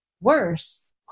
Worse